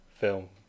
film